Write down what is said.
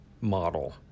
model